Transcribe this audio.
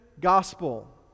gospel